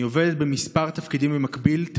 אני עובדת בכמה תפקידים במקביל,